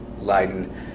Leiden